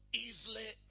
easily